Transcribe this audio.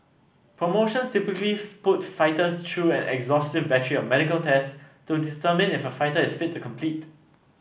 promotions typically put fighters through an exhaustive battery of medical tests to determine if a fighter is fit to compete